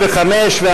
ללא הסתייגויות.